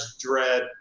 Dread